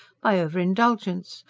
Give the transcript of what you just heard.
by over-indulgence,